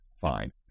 Fine